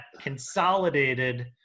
consolidated